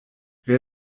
wer